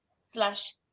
slash